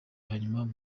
hanyuma